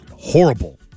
horrible